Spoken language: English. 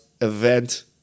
event